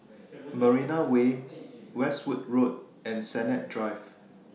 Marina Way Westwood Road and Sennett Drive